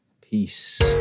Peace